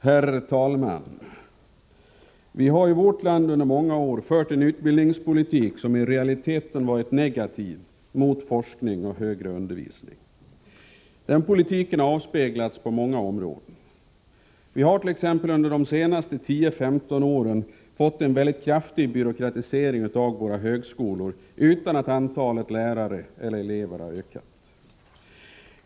Herr talman! Vi har i vårt land under många år fört en utbildningspolitik som i realiteten varit negativ mot forskning och högre undervisning. Den politiken har avspeglats på många områden. Vi har t.ex. under de senaste 10-15 åren fått en mycket kraftig byråkratisering av våra högskolor utan att antalet lärare eller elever har ökat.